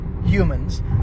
Humans